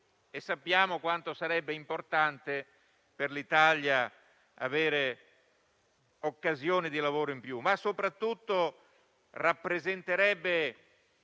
e sappiamo quanto sarebbe importante per l'Italia avere occasioni di lavoro in più. Ma soprattutto ciò rappresenterebbe